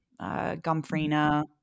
gumfrina